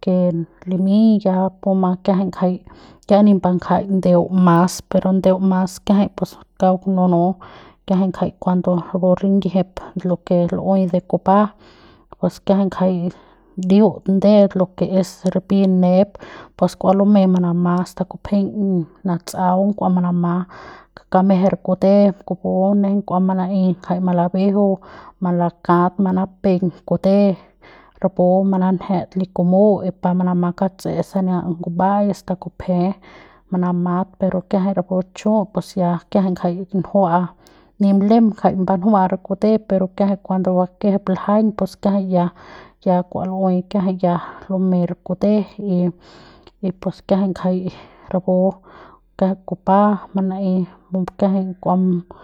que limy ya puma kiajay ngajay ya nip mbanjay ndeu mas pero ndeu mas kiajay pus kauk nunu kiajay cuando de rinyijip lo que lu'uey de lu'uey de kupa pus kiajay ngajay ndiut nde lo que es ripi n'ep pues kua lumey manama asta kupejeiñ natsa'aung kua manama kameje re kute kupu nejeiñ kua mana'ey ngajay malabejeu malakat manapeiñ kute rapu mananjet li kumu y pa manama katse'e sania nguba'ai asta kupje manamat pero kiajay rapu chu ya kiajay ngajay njua nip lem ngajay mbanjua re kute pero cuando bakejep ljaiñ pus kiajay ya ya kua lu'uey kiajay ya lumey re kute y y pus kiajay ngajay rapu kiajay kupa mana'ey nk'ua.